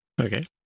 Okay